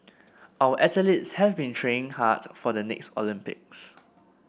our athletes have been training hard for the next Olympics